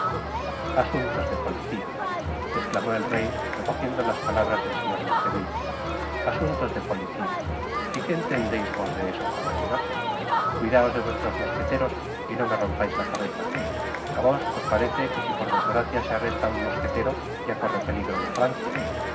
asuntos de policía esclamó el rey recogiendo las palabras del señor de treville asuntos de policía y qué entendeis vos de eso caballero cuidaos de vuestros mosqueteros y no me rompais la cabeza a vos os parece que si por desgracia se arresta á un mosquetero ya corre peligro la francia y